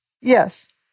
Yes